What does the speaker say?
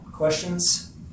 questions